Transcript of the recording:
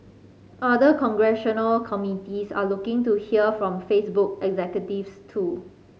other congressional committees are looking to hear from Facebook executives too